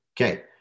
Okay